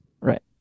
Right